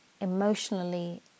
emotionally